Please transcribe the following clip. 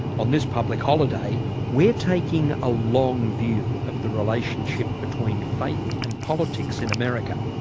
on this public holiday we're taking a long view of the relationship between faith and politics in america.